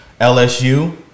LSU